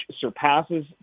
surpasses